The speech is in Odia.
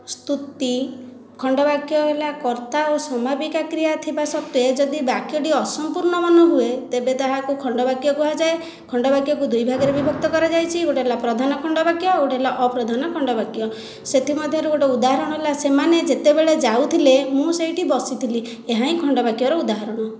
ସ୍ତୁତି ଖଣ୍ଡ ବାକ୍ୟ ହେଲା କର୍ତ୍ତା ଓ ସମାପିକା କ୍ରିୟା ଥିବା ସତ୍ତ୍ୱେ ଯଦି ବାକ୍ୟଟି ଅସମ୍ପୂର୍ଣ୍ଣ ମନେ ହୁଏ ତେବେ ତାହାକୁ ଖଣ୍ଡ ବାକ୍ୟ କୁହାଯାଏ ଖଣ୍ଡ ବାକ୍ୟକୁ ଦୁଇ ଭାଗରେ ବିଭକ୍ତ କରାଯାଇଛି ଗୋଟେ ହେଲା ପ୍ରଧାନ ଖଣ୍ଡ ବାକ୍ୟ ଆଉ ଗୋଟିଏ ହେଲା ଅପ୍ରଧାନ ଖଣ୍ଡ ବାକ୍ୟ ସେଥିମଧ୍ୟରୁ ଗୋଟିଏ ଉଦାହରଣ ହେଲା ସେମାନେ ଯେତେବେଳେ ଯାଉଥିଲେ ମୁଁ ସେଇଠି ବସିଥିଲି ଏହା ହିଁ ଖଣ୍ଡ ବାକ୍ୟର ଉଦାହରଣ